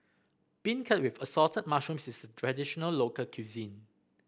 beancurd with Assorted Mushrooms is a traditional local cuisine